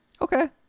Okay